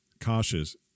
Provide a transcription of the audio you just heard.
cautious